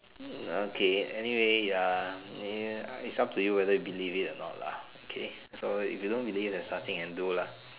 ya okay anyway ya its up to you whether you believe it or not lah okay so if you don't believe there's nothing I can do lah